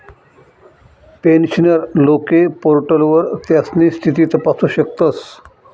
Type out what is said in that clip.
pensioner लोके पोर्टलवर त्यास्नी स्थिती तपासू शकतस